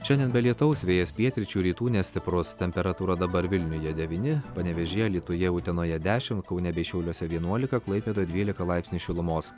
šiandien be lietaus vėjas pietryčių rytų nestiprus temperatūra dabar vilniuje devyni panevėžyje alytuje utenoje dešim kaune bei šiauliuose vienuolika klaipėdoje dvylika laipsnių šilumos